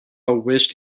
wished